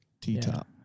T-Top